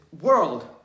world